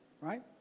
Right